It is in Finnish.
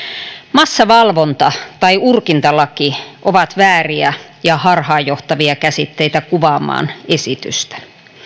massavalvonta tai urkintalaki ovat vääriä ja harhaanjohtavia käsitteitä kuvaamaan esitystä